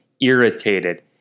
irritated